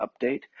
update